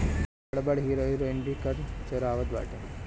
बड़ बड़ hero heroine भी कर चोरावत बाटे